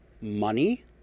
money